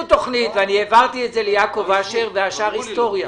תוכנית ואני העברתי אותה ליעקב אשר והשאר היסטוריה.